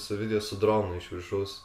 su video su dronu iš viršaus